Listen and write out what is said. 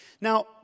Now